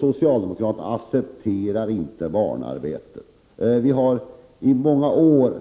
Socialdemokraterna accepterar inte barnarbete. Vi har i många år